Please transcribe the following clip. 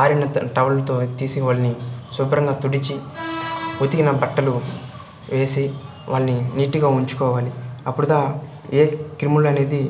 ఆరినంత టవల్తో తీసి వాళ్ళని శుభ్రంగా తుడిచి ఉతికిన బట్టలు వేసి వాళ్లని నీటుగా ఉంచుకోవాలి అప్పుడుదా ఏ క్రిములు అనేది